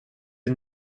een